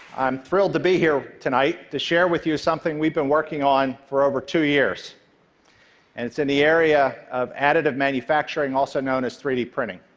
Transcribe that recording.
i'm thrilled to be here tonight to share with you something we've been working on for over two years, and it's in the area of additive manufacturing, also known as three d printing.